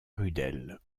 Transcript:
rudel